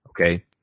okay